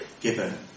given